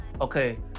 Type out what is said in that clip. Okay